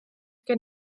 gan